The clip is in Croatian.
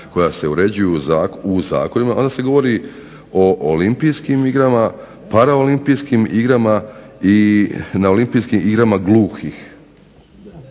koja se uređuju u zakonima onda se govori o olimpijskim igrama, paraolimpijskim igrama i na olimpijskim igrama gluhih.